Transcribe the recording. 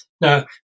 Now